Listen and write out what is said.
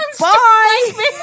Bye